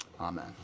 Amen